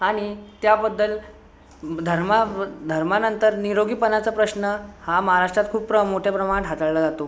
आणि त्याबद्दल धर्माबद् धर्मानंतर निरोगीपणाचा प्रश्न हा महाराष्ट्रात खूप प्र मोठ्या प्रमाणात हाताळला जातो